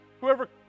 Whoever